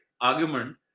argument